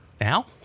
Now